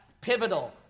pivotal